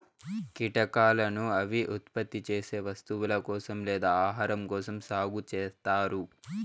కీటకాలను అవి ఉత్పత్తి చేసే వస్తువుల కోసం లేదా ఆహారం కోసం సాగు చేత్తారు